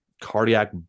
cardiac